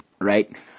right